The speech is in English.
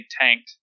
tanked